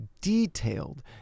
detailed